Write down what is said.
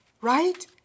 right